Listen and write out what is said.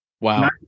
Wow